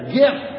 gift